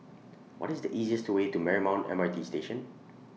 What IS The easiest Way to Marymount M R T Station